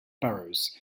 burrows